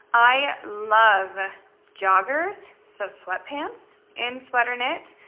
i love joggers. so sweatpants and sweater knit.